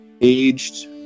aged